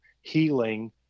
healing